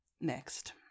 Next